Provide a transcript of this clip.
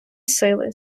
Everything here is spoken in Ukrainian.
сили